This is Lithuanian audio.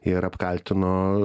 ir apkaltino